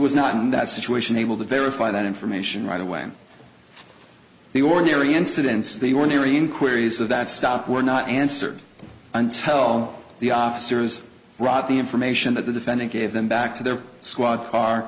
was not in that situation able to verify that information right away the ordinary incidents the ordinary inquiries of that stopped were not answered until the officers rocked the information that the defendant gave them back to their squad car